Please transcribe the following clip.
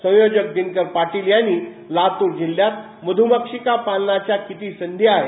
संयोजक दिनकर पाटील यांनी लातूर जिल्ह्यात मध्रमक्षिका पालनाच्या किती संधी आहे